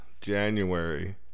January